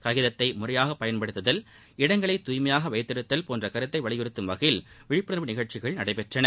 காகிதத்தை முறையாக பயன்படுத்துதல் இடங்களை துய்மையாக வைத்திருத்தல் போன்ற கருத்தை வலியுறுத்தும் வகையில் விழிப்புண்வு நிகழ்ச்சிகள் நடைபெற்றன